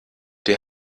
der